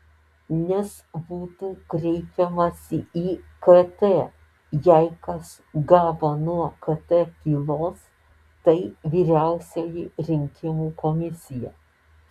nes būtų kreipiamasi į kt jei kas gavo nuo kt pylos tai vyriausioji rinkimų komisija